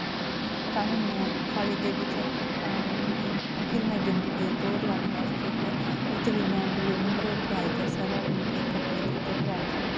तां बी में कॉलेज दे बिच फिर में जम्मू गेई दौड़ लाने बास्तै ते उद्धर बी में दूऐ नंबर उप्पर आई ते सर होरें मिगी कपड़े दित्ते ट्रैक सूट दित्ता